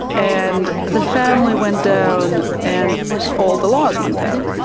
and the family went down and all the laws went out,